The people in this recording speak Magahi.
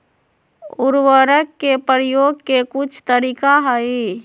उरवरक के परयोग के कुछ तरीका हई